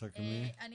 אני מבקשת,